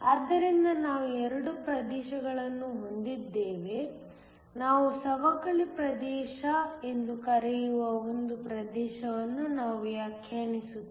ಆದ್ದರಿಂದ ನಾವು 2 ಪ್ರದೇಶಗಳನ್ನು ಹೊಂದಿದ್ದೇವೆ ನಾವು ಸವಕಳಿ ಪ್ರದೇಶ ಎಂದು ಕರೆಯುವ ಒಂದು ಪ್ರದೇಶವನ್ನು ನಾವು ವ್ಯಾಖ್ಯಾನಿಸುತ್ತೇವೆ